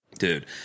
dude